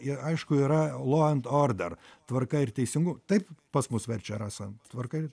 ir aišku yra lo ant order tvarka ir teisingum taip pas mus verčia rasa tvarkai